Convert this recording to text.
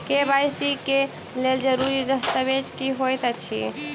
KYC लेल जरूरी दस्तावेज की होइत अछि?